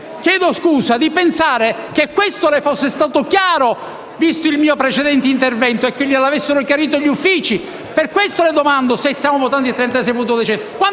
chiedo scusa - di pensare che questo le fosse stato chiaro, visto il mio precedente intervento e che glielo avessero chiarito gli uffici. Per questo le ho domandato se stessimo votando